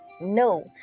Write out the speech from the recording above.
No